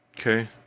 Okay